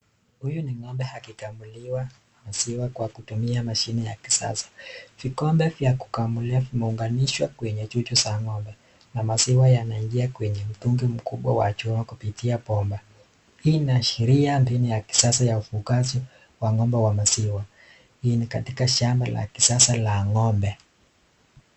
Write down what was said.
Huyu ni ng'ombe akikamuliwa maziwa kwa kutumia mashine ya kisasa. Vikombe vya kukamulia vimeunganishwa kwenye chuchu za ng'ombe na maziwa yanaingia kwenye mtungi mkubwa wa chuma kupitia bomba hii inaashiria mbinu ya kisasa ya ufugaji wa ng'ombe za maziwa hii ni katika shamba la kisasa la ng'ombe.